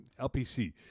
LPC